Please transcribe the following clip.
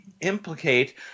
implicate